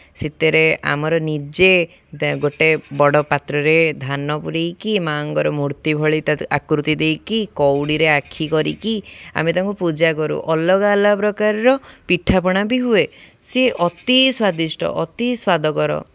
ସେଥିରେ ଆମର ନିଜେ ଗୋଟେ ବଡ଼ ପାତ୍ରରେ ଧାନ ପୁରାଇକି ମାଙ୍କର ମୂର୍ତ୍ତି ଭଳି ତା ଆକୃତି ଦେଇକି କଉଡ଼ିରେ ଆଖି କରିକି ଆମେ ତାଙ୍କୁ ପୂଜା କରୁ ଅଲଗା ଅଲଗା ପ୍ରକାରର ପିଠାପଣା ବି ହୁଏ ସେ ଅତି ସ୍ଵାଦିଷ୍ଟ ଅତି ସ୍ଵାଦକର